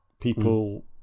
People